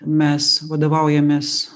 mes vadovaujamės